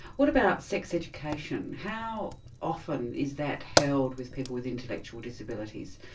what about sex education? how often is that held with people with intellectual disabilities?